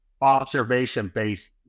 observation-based